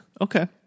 Okay